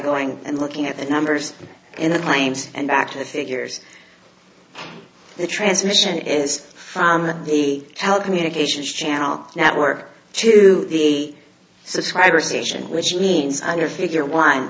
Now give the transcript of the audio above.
going and looking at the numbers in the claims and back to the figures the transmission is from the health communications channel now work to the subscriber station which means under figure one